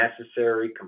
necessary